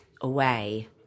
away